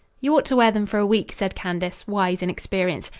you ought to wear them for a week, said candace, wise in experience.